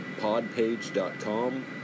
podpage.com